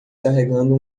carregando